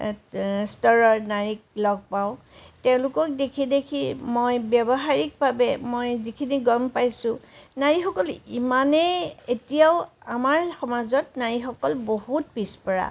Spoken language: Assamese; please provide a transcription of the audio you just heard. স্তৰৰ নাৰীক লগ পাওঁ তেওঁলোকক দেখি দেখি মই ব্যৱহাৰীকভাৱে মই যিখিনি গম পাইছোঁ নাৰীসকল ইমানেই এতিয়াও আমাৰ সমাজত নাৰীসকল বহুত পিছপৰা